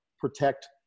protect